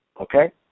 okay